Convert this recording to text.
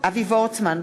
אבי וורצמן,